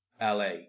LA